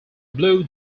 blue